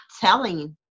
telling